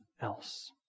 else